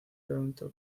toronto